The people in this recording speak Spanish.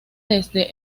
desde